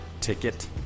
ticket